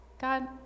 God